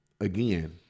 again